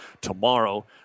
tomorrow